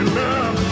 love